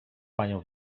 panią